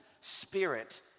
Spirit